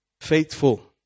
faithful